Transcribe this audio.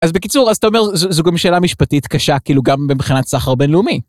אז בקיצור, אז אתה אומר, זו גם שאלה משפטית קשה כאילו גם מבחינת סחר בינלאומי.